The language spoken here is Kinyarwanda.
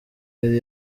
yari